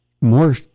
more